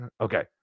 okay